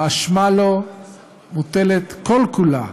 האשמה בו מוטלת כל-כולה